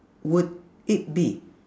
would it be